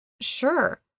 sure